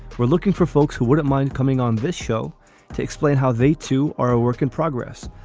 we're looking for folks who wouldn't mind coming on this show to explain how they, too, are a work in progress.